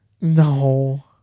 No